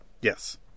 Yes